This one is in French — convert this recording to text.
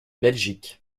belgique